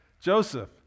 Joseph